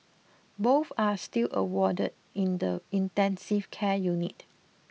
both are still awarded in the intensive care unit